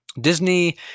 Disney